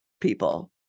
people